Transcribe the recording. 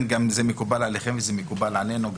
זה מקובל עליכם וזה מקובל עלינו,